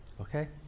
okay